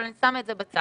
אבל אני שמה את זה בצד.